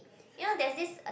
you know there's this uh